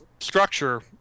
structure